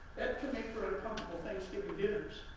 could make for uncomfortable thanksgiving dinners,